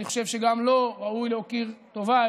אני חושב שגם לו ראוי להכיר טובה,